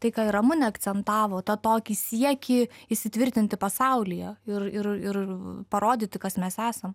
tai ką ir ramunė akcentavo tą tokį siekį įsitvirtinti pasaulyje ir ir ir parodyti kas mes esam